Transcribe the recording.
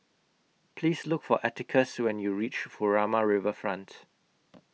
Please Look For Atticus when YOU REACH Furama Riverfront